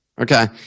Okay